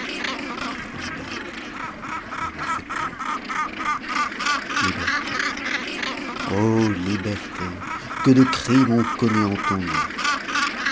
libelle on n'en fait plus liberté o liberté que de crimes on commet en ton nom